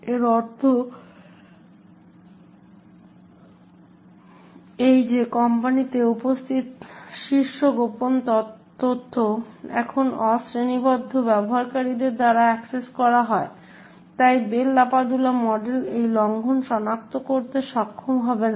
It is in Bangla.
এর অর্থ এই যে কোম্পানিতে উপস্থিত শীর্ষ গোপন তথ্য এখন অশ্রেণীবদ্ধ ব্যবহারকারীদের দ্বারা অ্যাক্সেস করা হয় তাই বেল লাপাডুলা মডেল এই লঙ্ঘন সনাক্ত করতে সক্ষম হবে না